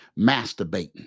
masturbating